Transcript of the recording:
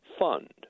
fund